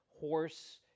horse